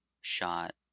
shot